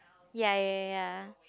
ya ya ya